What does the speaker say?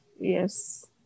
yes